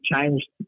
changed